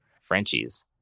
Frenchie's